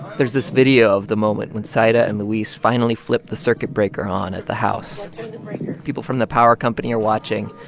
there's this video of the moment when zaida and luis finally flip the circuit breaker on at the house turn the breaker people from the power company are watching.